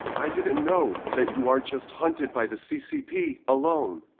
i didn't know that you aren't just hunted by the ccp alone,